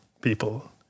people